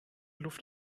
luft